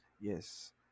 Yes